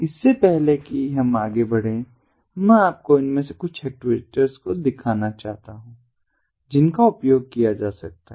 इससे पहले कि हम आगे बढ़ें मैं आपको इनमें से कुछ एक्चुएटर्स को दिखाना चाहता हूं जिनका उपयोग किया जा सकता है